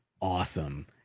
awesome